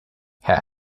herr